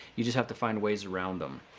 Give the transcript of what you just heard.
you just have to find ways around them.